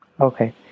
Okay